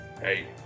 hey